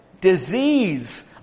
disease